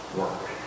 work